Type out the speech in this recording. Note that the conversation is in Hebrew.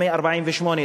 מתחומי 1948,